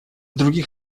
других